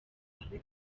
aho